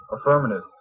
Affirmative